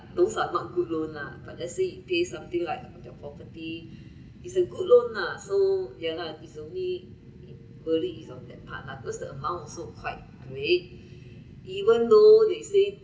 those are not good loan lah but let's say pay something like the property is a good loan lah so ya lah is only in early is on that part lah because the amount also quite weight even though they say